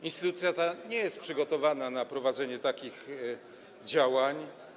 Instytucja ta nie jest przygotowana do prowadzenia takich działań.